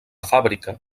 fàbrica